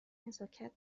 نزاکت